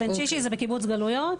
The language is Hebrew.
הבנצ'יצ'י זה בקיבוץ גלויות.